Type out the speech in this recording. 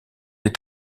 des